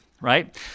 right